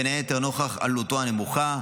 בין היתר נוכח עלותו הנמוכה,